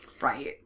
Right